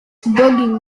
bugging